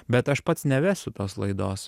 bet aš pats nevesiu tos laidos